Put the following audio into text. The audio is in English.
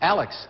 Alex